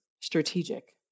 strategic